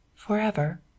forever